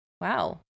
Wow